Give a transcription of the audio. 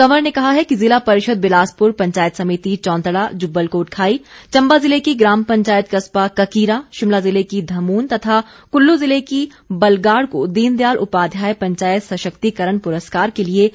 कंवर ने कहा है कि जिला परिषद बिलासपुर पंचायत समिति चौंतड़ा जुब्बल कोटखाई चम्बा जिले की ग्राम पंचायत कस्बा ककीरा शिमला जिले की धमून तथा कुल्लू जिले की बलगाड़ को दीन दयाल उपाध्याय पंचायत सशक्तिकरण पुरस्कार के लिए चयनित किया गया है